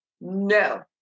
no